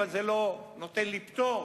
אבל זה לא נותן לי פטור,